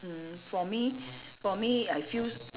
mm for me for me I feels